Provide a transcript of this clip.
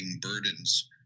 burdens